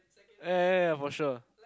ya ya ya ya for sure